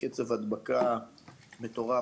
קצב הדבקה מטורף.